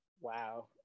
Wow